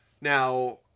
Now